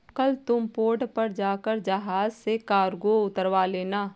कल तुम पोर्ट पर जाकर जहाज से कार्गो उतरवा लेना